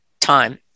time